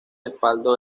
respaldo